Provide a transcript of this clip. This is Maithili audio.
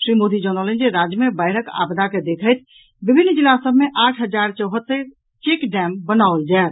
श्री मोदी जनौलनि जे राज्य मे बाढ़ि के आपदाक देखैत विभिन्न जिला सभ मे आठ हजार चौहत्तरि चेक डैम बनाओल जायत